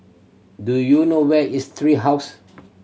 do you know where is Tree House